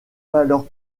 valeur